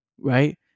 right